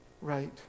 right